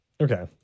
Okay